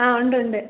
ആ ഉണ്ട് ഉണ്ട്